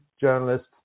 journalists